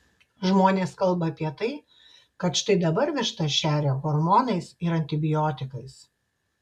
žmonės kalba apie tai kad štai dabar vištas šeria hormonais ir antibiotikais